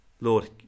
Lord